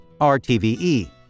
RTVE